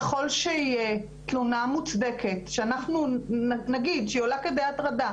ככל שתהיה תלונה מוצדקת שהיא עולה כדי הטרדה